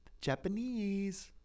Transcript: Japanese